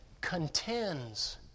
contends